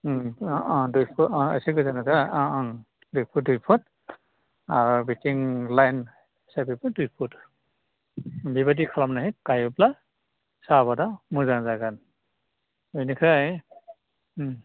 ओम आह आह दुइ फुट आह एसे गोजान गोजान ओह ओह दुइ फुट दुइ फुट आरो बेथिं लाइन साइथजोंबो दुइ फुट दुइ फुट बेबायदि खालामनाय गायोब्ला साहा आबादा मोजां जागोन बेनिफ्राय ओम